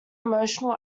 emotional